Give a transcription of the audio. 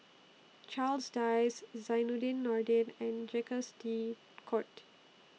Charles Dyce Zainudin Nordin and Jacques De Coutre